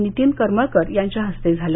नितीन करमळकर यांच्या हस्ते झाले